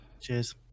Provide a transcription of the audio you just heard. Cheers